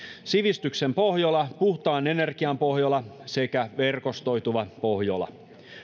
sivistyksen pohjola puhtaan energian pohjola sekä verkostoituva pohjola